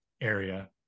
area